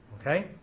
Okay